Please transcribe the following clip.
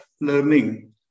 learning